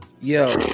Yo